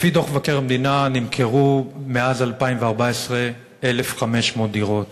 לפי דוח מבקר המדינה, נמכרו מאז 2014 1,500 דירות.